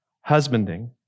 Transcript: husbanding